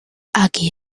aquí